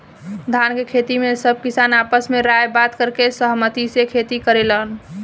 धान के खेती में सब किसान आपस में राय बात करके सहमती से खेती करेलेन